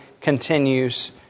continues